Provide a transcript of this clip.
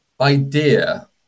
idea